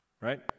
right